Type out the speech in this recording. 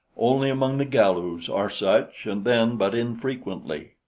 only among the galus are such, and then but infrequently.